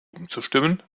umzustimmen